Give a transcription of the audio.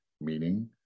meaning